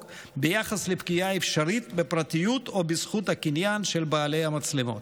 ביחס לפגיעה האפשרית בפרטיות או בזכות הקניין של בעלי המצלמות.